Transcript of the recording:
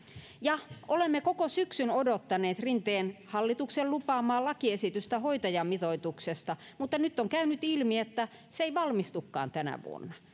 ja olemme koko syksyn odottaneet rinteen hallituksen lupaamaa lakiesitystä hoitajamitoituksesta mutta nyt on käynyt ilmi että se ei valmistukaan tänä vuonna